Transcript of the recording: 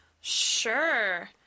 Sure